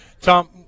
Tom